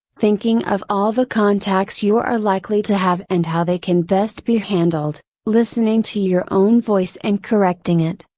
thinking of all the contacts you are likely to have and how they can best be handled, listening to your own voice and correcting it,